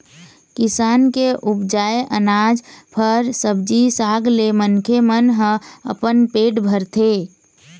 किसान के उपजाए अनाज, फर, सब्जी साग ले मनखे मन ह अपन पेट भरथे